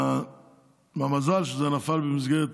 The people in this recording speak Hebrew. והמזל שזה נפל במסגרת